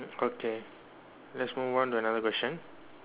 okay let's move on to another question